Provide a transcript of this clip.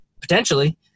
potentially